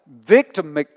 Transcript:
victim